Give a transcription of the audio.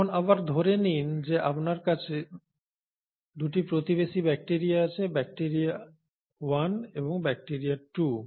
এখন আবার ধরে নিন যে আপনার কাছে দুটি প্রতিবেশী ব্যাকটেরিয়া আছে ব্যাকটিরিয়া 1 এবং ব্যাকটেরিয়া 2